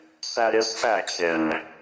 satisfaction